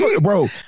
bro